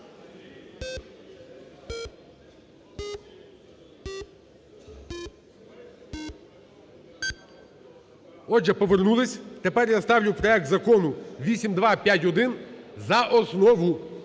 Отже, повернулися. Тепер я ставлю проект закону 8251 за основу.